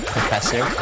Professor